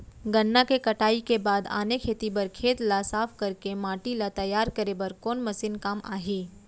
गन्ना के कटाई के बाद आने खेती बर खेत ला साफ कर के माटी ला तैयार करे बर कोन मशीन काम आही?